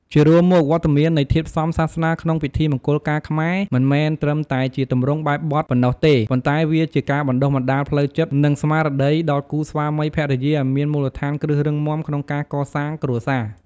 ជារួមមក វត្តមាននៃធាតុផ្សំសាសនាក្នុងពិធីមង្គលការខ្មែរមិនមែនត្រឹមតែជាទម្រង់បែបបទប៉ុណ្ណោះទេ ប៉ុន្តែវាជាការបណ្តុះបណ្តាលផ្លូវចិត្ត និងស្មារតីដល់គូស្វាមីភរិយាឱ្យមានមូលដ្ឋានគ្រឹះរឹងមាំក្នុងការកសាងគ្រួសារ។